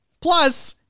plus